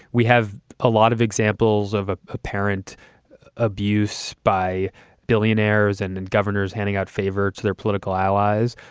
we have a lot of examples of ah apparent abuse by billionaires and and governors handing out favor to their political allies.